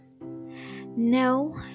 no